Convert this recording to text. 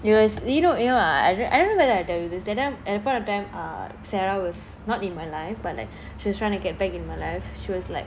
you know as you know I I d~ I don't remember if I tell you this that time at that point of time ah sarah was not in my life but like she was trying to get back in my life she was like